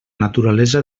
naturalesa